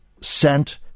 sent